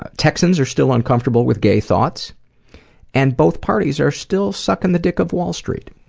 ah texans are still uncomfortable with gay thoughts and both parties are still sucking the dick of wall street.